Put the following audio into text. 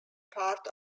part